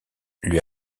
lui